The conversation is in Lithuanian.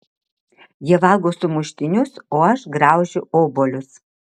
jie valgo sumuštinius o aš graužiu obuolius